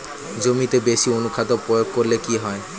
জমিতে বেশি অনুখাদ্য প্রয়োগ করলে কি হয়?